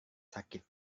sakit